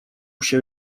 się